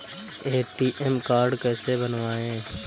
ATM card कैसे बनवाएँ?